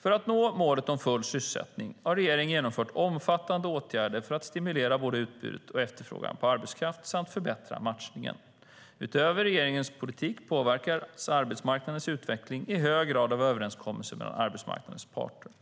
För att nå målet om full sysselsättning har regeringen genomfört omfattande åtgärder för att stimulera både utbudet och efterfrågan på arbetskraft samt förbättra matchningen. Utöver regeringens politik påverkas arbetsmarknadens utveckling i hög grad av överenskommelser mellan arbetsmarknadens parter.